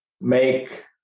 make